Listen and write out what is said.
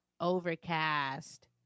Overcast